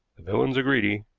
villains are greedy,